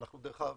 דרך אגב,